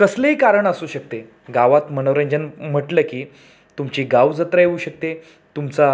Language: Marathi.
कसलेही कारण असू शकते गावात मनोरंजन म्हटलं की तुमची गाव जत्रा येऊ शकते तुमचा